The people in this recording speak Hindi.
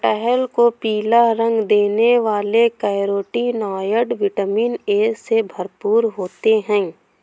कटहल को पीला रंग देने वाले कैरोटीनॉयड, विटामिन ए से भरपूर होते हैं